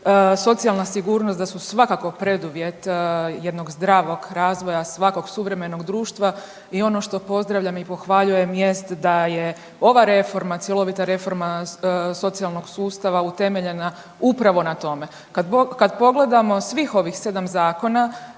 socijalna sigurnost da su svakako preduvjet jednog zdravog razvoja suvremenog društva i ono što pozdravljam i pohvaljujem jest da je ova reforma, cjelovita reforma socijalnog sustava utemeljena upravo na tome. Kad pogledamo svih ovih 7 zakona